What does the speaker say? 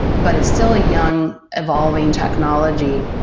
but it's still a young evolving technology,